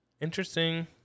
interesting